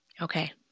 Okay